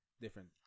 Different